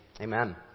Amen